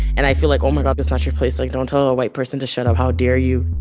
and i feel like, oh, my god. that's not your place. like, don't tell a white person to shut up. how dare you?